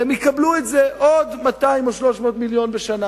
והיא תקבל את זה, עוד 200 או 300 מיליון בשנה,